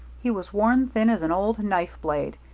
he was worn thin as an old knife-blade,